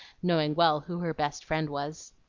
knowing well who her best friend was.